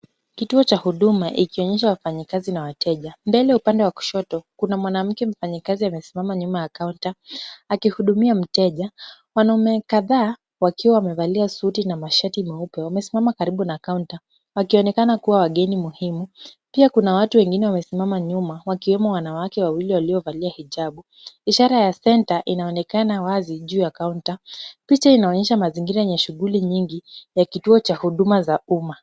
Kituo cha huduma ikionyesha wafanyakazi na wateja. Mbele upande wa kushoto kuna mwanamke mfanyikazi amesimama nyuma ya counter akihudumia mteja. Wanaume kadhaa wakiwa wamevalia suti na mashati meupe wamesimama karibu na counter wakionekana kuwa wageni muhimu. Pia kuna watu wengine wamesimama nyuma wakiwemo wanawake wawili waliovalia hijabu. Ishara ya center inaonekana wazi juu ya counter . Picha inaonyesha mazingira yenye shughuli nyingi ya kituo cha huduma za umma.